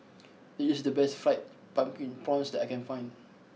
this is the best Fried Pumpkin Prawns that I can find